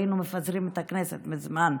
היינו מפזרים את הכנסת מזמן.